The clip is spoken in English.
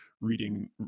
reading